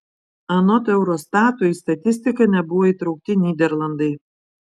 anot eurostato į statistiką nebuvo įtraukti nyderlandai